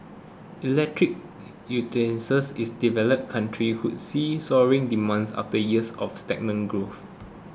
electric utensils is developed countries would see soaring demands after years of stagnating growth